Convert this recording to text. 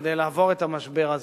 כדי לעבור את המשבר הזה.